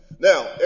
Now